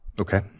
Okay